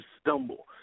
stumble